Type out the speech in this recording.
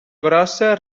grossa